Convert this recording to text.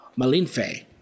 Malinfe